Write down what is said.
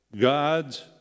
God's